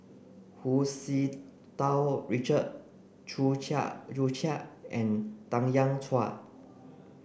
Hu Tsu Tau Richard Chew Chiat and Tanya Chua